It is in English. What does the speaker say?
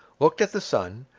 looked at the sun,